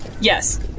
Yes